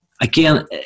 Again